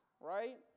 Right